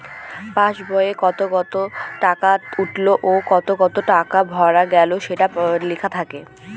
pass বইতে কত কত টাকা উঠলো ও কত কত টাকা ভরা গেলো সেটা লেখা থাকে